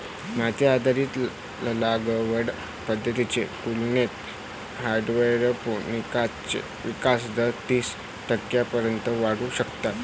माती आधारित लागवड पद्धतींच्या तुलनेत हायड्रोपोनिक्सचा विकास दर तीस टक्क्यांपर्यंत वाढवू शकतात